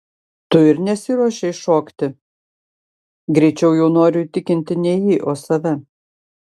tu ir nesiruošei šokti greičiau jau noriu įtikinti ne jį o save